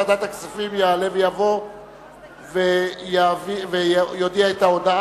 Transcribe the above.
החלטת ועדת הכספים בצו מס ערך מוסף (שיעור המס על עסקה